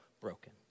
broken